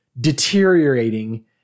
deteriorating